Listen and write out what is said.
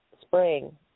Spring